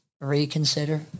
reconsider